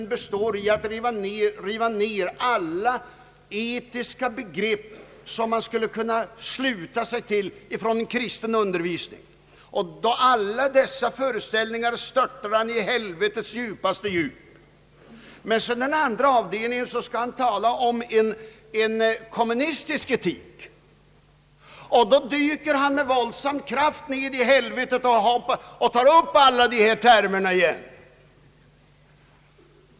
I det första river författaren ner alla etiska begrepp som man kan sluta sig till från kristen undervisning. Alla dessa föreställningar störtar han i helvetets djupaste djup. Men i den andra avdelningen skall han framställa en kommunistisk etik, och då dyker han med våldsam kraft ner i helvetet och tar upp alla dessa termer igen.